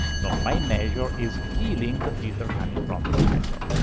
so my measure is feeling the filter coming from the slicer.